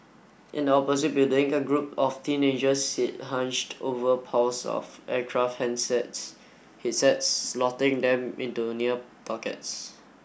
in the opposite building a group of teenagers sit hunched over piles of aircraft handsets headsets slotting them into near pockets